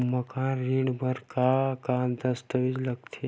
मकान ऋण बर का का दस्तावेज लगथे?